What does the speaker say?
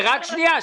רק שנייה.